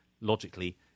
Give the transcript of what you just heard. logically